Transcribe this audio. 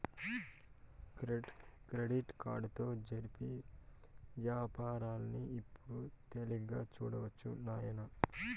credit కార్డుతో జరిపిన యవ్వారాల్ని ఇప్పుడు తేలిగ్గా సూడొచ్చు నాయనా